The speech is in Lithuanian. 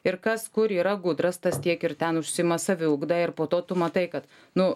ir kas kur yra gudras tas tiek ir ten užsiima saviugda ir po to tu matai kad nu